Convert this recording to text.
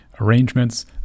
arrangements